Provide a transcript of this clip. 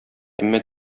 әмма